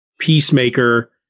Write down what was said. Peacemaker